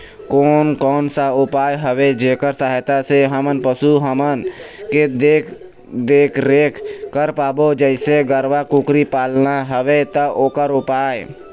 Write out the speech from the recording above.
कोन कौन सा उपाय हवे जेकर सहायता से हम पशु हमन के देख देख रेख कर पाबो जैसे गरवा कुकरी पालना हवे ता ओकर उपाय?